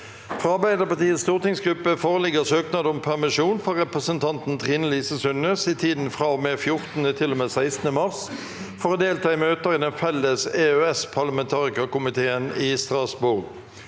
Fra Arbeiderpartiets stortingsgruppe foreligger søknad om permisjon for representanten Trine Lise Sund_nes i tiden fra og med 14. til og med 16. mars for å delta i_ møter i den felles EØS-parlamentarikerkomiteen i Strasbourg.